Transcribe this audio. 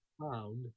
found